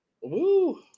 Woo